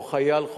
או חייל,